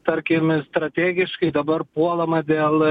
tarkim strategiškai dabar puolama dėl